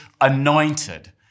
anointed